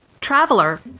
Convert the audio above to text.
traveler